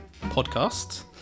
podcast